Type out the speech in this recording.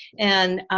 and